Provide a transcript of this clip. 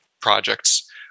projects